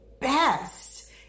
best